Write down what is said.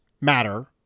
matter